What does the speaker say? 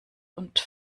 und